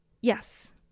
Yes